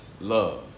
love